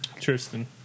tristan